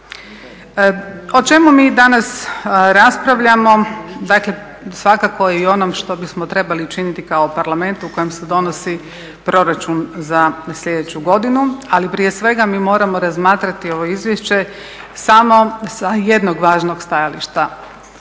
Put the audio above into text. O čemu mi danas raspravljamo, dakle svakako i o onom što bismo trebali učiniti kao u Parlamentu u kojem se donosi proračun za sljedeću godinu, ali prije svega mi moramo razmatrati ovo izvješće samo sa jednog važnog stajališta,